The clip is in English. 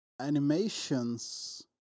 animations